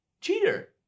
cheater